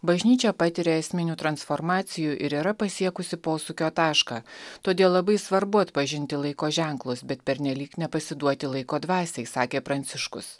bažnyčia patiria esminių transformacijų ir yra pasiekusi posūkio tašką todėl labai svarbu atpažinti laiko ženklus bet pernelyg nepasiduoti laiko dvasiai sakė pranciškus